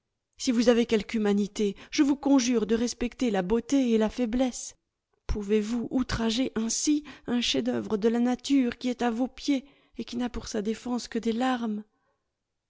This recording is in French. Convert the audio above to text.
si vous avez quelque humanité je vous conjure de respecter la beauté et la faiblesse pouvez-vous outrager ainsi un chef-d'oeuvre de la nature qui est à vos pieds et qui n'a pour sa défense que des larmes